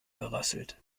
gerasselt